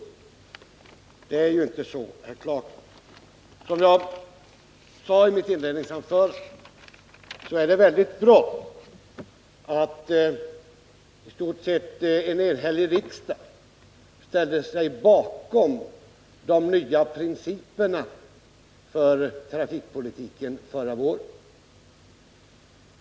Det är ju inte så, herr Clarkson. Som jag sade i mitt inledningsanförande är det mycket bra att en i stort sett enhällig riksdag ställt sig bakom de nya principerna för trafikpolitiken förra våren.